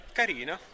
carina